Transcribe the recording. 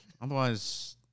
Otherwise